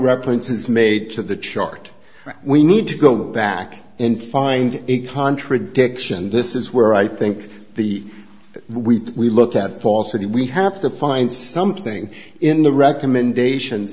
represents is made to the chart we need to go back and find a contradiction this is where i think the we we look at falsity we have to find something in the recommendation